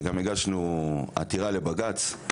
וגם הגשנו עתירה לבג"ץ.